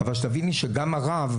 אבל שתביני שגם הרב,